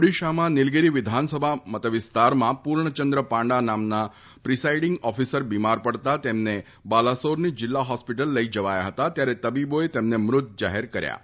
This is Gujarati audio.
ઓડિશામાં નીલીગીરી વિધાનસભા મતવિસ્તારમાં પૂર્ણચંદ્ર પાંડા નામનો પ્રિસાઈડીંગ ઓફિસર બિમાર પડતા તેને બાલાસોરની જીલ્લા હોસ્પિટલ લઇ જવાયો હતો ત્યારે તબીબોએ તેમને મૃત જાહેર કર્યા હતા